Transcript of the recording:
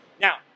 Now